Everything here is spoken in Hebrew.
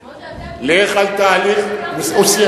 כמו שאתם, לך על תהליך, הוא סיים.